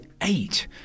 eight